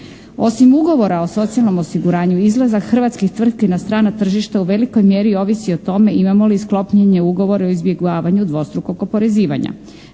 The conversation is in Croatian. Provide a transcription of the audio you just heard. Osim ugovora o socijalnom osiguranju izlazak hrvatskih tvrtki na strana tržišta u velikoj mjeri ovisi o tome imamo li sklopljeni ugovor o izbjegavanju dvostrukog oporezivanja.